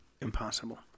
impossible